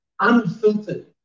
unfiltered